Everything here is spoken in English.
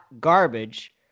garbage